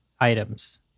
items